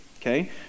okay